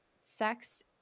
sex